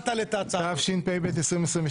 התשפ"ב-2022.